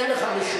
אין לך רשות.